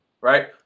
Right